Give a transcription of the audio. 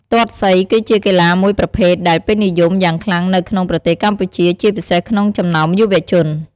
ទាត់សី គឺជាកីឡាមួយប្រភេទដែលពេញនិយមយ៉ាងខ្លាំងនៅក្នុងប្រទេសកម្ពុជា ជាពិសេសក្នុងចំណោមយុវជន។